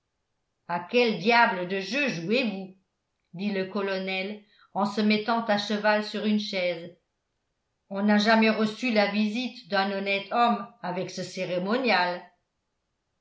à quel diable de jeu jouez-vous dit le colonel en se mettant à cheval sur une chaise on n'a jamais reçu la visite d'un honnête homme avec ce cérémonial